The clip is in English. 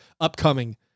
upcoming